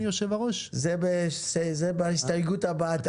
זה בהסתייגות הבאה.